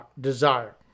desire